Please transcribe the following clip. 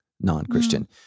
non-Christian